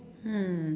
mm